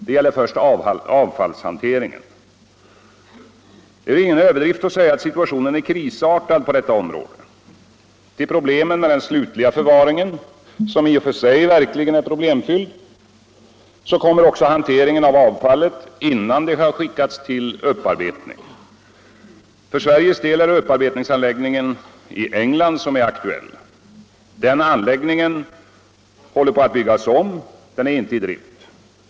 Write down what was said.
Det gäller först avfallshanteringen. Det är ingen överdrift att säga att situationen är krisartad på detta område. Till problemen med den slutliga förvaringen — som i och för sig verkligen är problemfylld — kommer också hanteringen av avfallet innan det skickas till upparbetning. För Sveriges del är det upparbetningsanläggningen i England som är aktuell. Denna anläggning håller på att byggas om och är inte i drift.